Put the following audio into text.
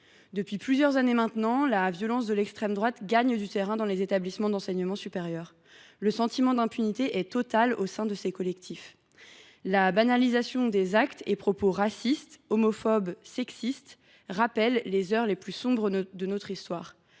Depuis plusieurs années maintenant, la violence de l’extrême droite gagne du terrain dans les établissements d’enseignement supérieur. Le sentiment d’impunité est total au sein de ces collectifs. La banalisation des actes et propos racistes, homophobes et sexistes rappelle les heures les plus sombres de notre histoire.